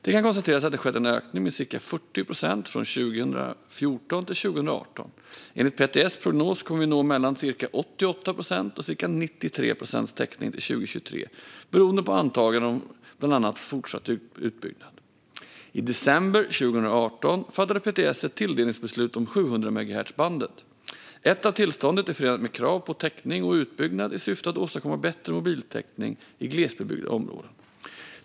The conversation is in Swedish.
Det kan konstateras att det har skett en ökning med ca 40 procent från 2014 till 2018. Enligt PTS prognos kommer vi att nå mellan ca 88 procents och ca 93 procents täckning till 2023, beroende på antaganden om bland annat fortsatt utbyggnad. I december 2018 fattade PTS ett tilldelningsbeslut om 700-megahertzbandet. Ett av tillstånden är förenat med ett krav på täckning och utbyggnad, i syfte att åstadkomma bättre mobiltäckning i glesbebyggda områden.